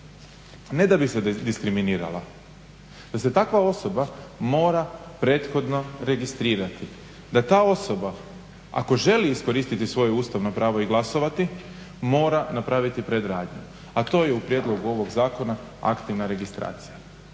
ne da bi se diskriminirala, da se takva osoba mora prethodno registrirati, da ta osoba ako želi iskoristiti svoje ustavno pravo i glasovati mora napraviti predradnju, a to je u prijedlogu ovog zakona aktivna registracija.